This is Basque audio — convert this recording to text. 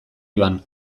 joan